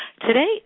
Today